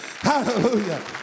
Hallelujah